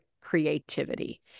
creativity